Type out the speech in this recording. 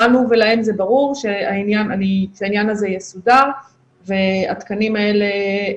לנו ולהם זה ברור שהעניין הזה יסודר והתקנים האלה,